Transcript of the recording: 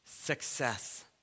Success